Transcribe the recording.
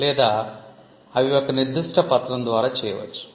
లేదా అవి ఒక నిర్దిష్ట పత్రం ద్వారా చేయవచ్చు